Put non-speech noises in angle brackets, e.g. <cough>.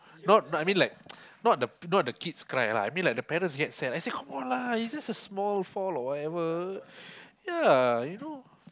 not no I mean like <noise> not the not the kids cry lah I mean like the parents get sad I say come on lah it's just a small fall or whatever ya you know